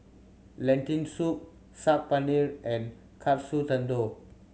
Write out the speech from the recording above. Lentil Soup Saag Paneer and Katsu Tendon